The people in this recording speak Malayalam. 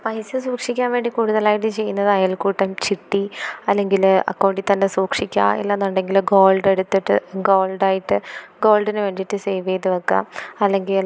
പൈസ സൂക്ഷിക്കാൻ വേണ്ടി കൂടുതലായിട്ട് ചെയ്യുന്നത് അയൽക്കൂട്ടം ചിട്ടി അല്ലെങ്കില് അക്കൗണ്ടിൽ തന്നെ സൂക്ഷിക്കുക ഇല്ലാന്നുണ്ടെങ്കില് ഗോൾഡെടുത്തിട്ട് ഗോൾഡായിട്ട് ഗോൾഡിന് വേണ്ടിയിട്ട് സേവെയ്ത് വയ്ക്കാം അല്ലെങ്കില്